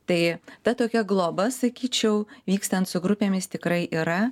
tai ta tokia globa sakyčiau vykstant su grupėmis tikrai yra